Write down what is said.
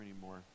anymore